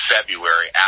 February